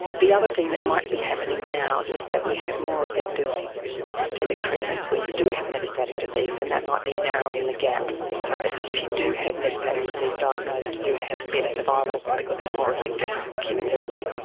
the other thing that might be happening now is that we have more effective systemic treatments when you do have metastatic disease, and that might be narrowing the gap so that if you do have metastatic disease diagnosed you have better survival because there's more effective chemotherapy.